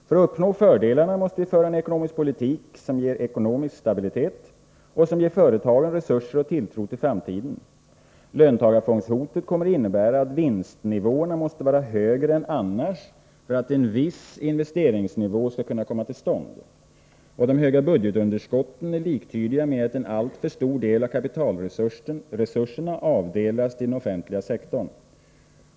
För att uppnå fördelarna måste vi föra en ekonomisk politik som ger ekonomisk stabilitet och som ger företagen resurser och tilltro till framtiden. Löntagarfondshotet kommer att innebära att vinstnivåerna måste vara högre än annars för att en viss investeringsnivå skall kunna komma till stånd. De höga budgetunderskotten är liktydiga med att alltför stor del av resurserna måste avdelas till den offentliga sektorn.